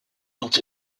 dont